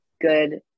good